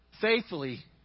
faithfully